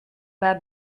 bas